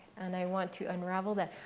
and i want to unravel that.